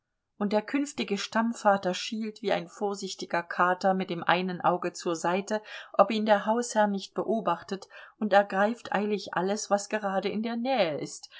und der künftige stammvater schielt wie ein vorsichtiger kater mit dem einen auge zur seite ob ihn der hausherr nicht beobachtet und ergreift eilig alles was gerade in der nähe ist